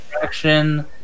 direction